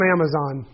Amazon